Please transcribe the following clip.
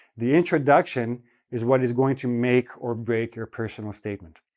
the introduction is what is going to make or break your personal statement.